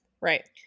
Right